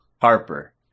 Harper